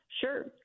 Sure